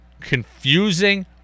confusing